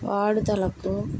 వాడుదలకు